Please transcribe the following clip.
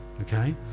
okay